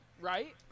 right